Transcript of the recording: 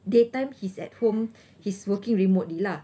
day time he's at home he's working remotely lah